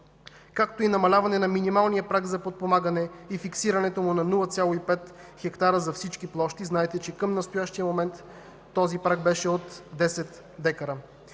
както и намаляване на минималния праг за подпомагане и фиксирането му на 0,5 хектара за всички площи. Знаете, че към настоящия момент този праг беше от 10 декара.